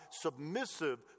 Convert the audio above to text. submissive